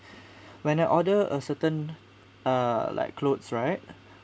when I order a certain uh like clothes right